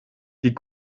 die